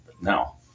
No